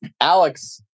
Alex